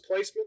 placements